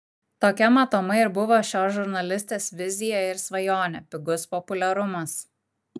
tokia matomai ir buvo šios žurnalistės vizija ir svajonė pigus populiarumas